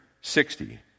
sixty